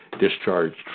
discharged